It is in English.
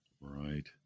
Right